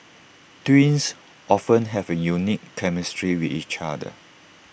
twins often have A unique chemistry with each other